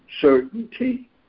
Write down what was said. certainty